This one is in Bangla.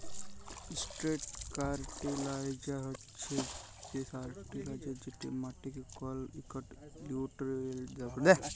ইসট্রেট ফারটিলাইজার হছে সে ফার্টিলাইজার যেট মাটিকে কল ইকট লিউটিরিয়েল্ট দাল ক্যরে